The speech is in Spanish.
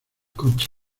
coche